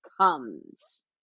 comes